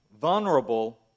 vulnerable